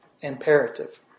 imperative